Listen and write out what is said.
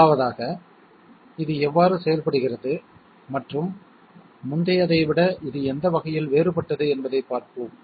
முதலாவதாக இது எவ்வாறு செயல்படுகிறது மற்றும் முந்தையதை விட இது எந்த வகையில் வேறுபட்டது என்பதைப் பார்ப்போம்